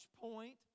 point